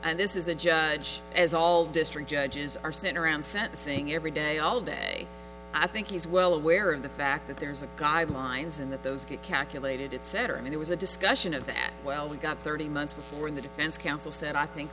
and this is a judge as all district judges are sent around sentencing every day all day i think he's well aware of the fact that there's a guidelines and that those get calculated it's setter and it was a discussion of that well we got thirty months before when the defense counsel said i think